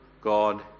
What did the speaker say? God